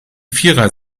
vierer